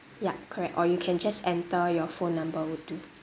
yup correct or you can just enter your phone number would do